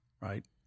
right